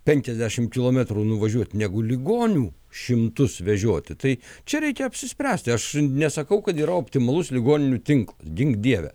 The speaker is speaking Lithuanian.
penkiasdešimt kilometrų nuvažiuot negu ligonių šimtus vežioti tai čia reikia apsispręsti aš nesakau kad yra optimalus ligoninių tinklą gink dieve